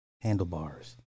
handlebars